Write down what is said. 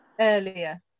earlier